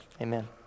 Amen